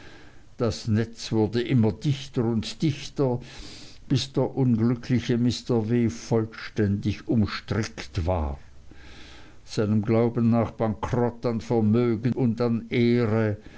das netz wurde immer dichter und dichter bis der unglückliche mr w vollständig umstrickt war seinem glauben nach bankrott an vermögen und an ehre